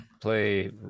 play